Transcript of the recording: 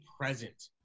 present